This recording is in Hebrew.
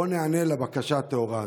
בואו ניענה לבקשה הטהורה הזאת.